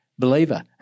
Believer